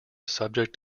subject